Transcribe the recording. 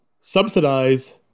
subsidize